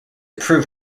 prove